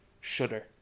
shudder